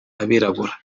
abirabura